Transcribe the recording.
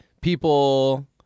people